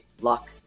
luck